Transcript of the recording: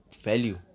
value